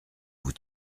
vous